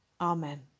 Amen